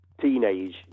teenage